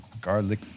garlic